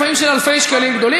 לפעמים של אלפי שקלים גדולים.